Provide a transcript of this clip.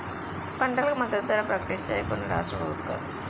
పంటలకు మద్దతు ధర ప్రకటించాయి కొన్ని రాష్ట్ర ప్రభుత్వాలు